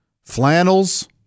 Flannels